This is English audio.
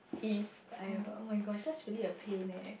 if I am a oh-my-god just fully a plan leh